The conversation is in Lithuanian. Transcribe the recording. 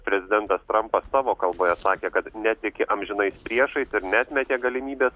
prezidentas trampas savo kalboje sakė kad netiki amžinais priešais ir neatmetė galimybės